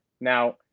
Now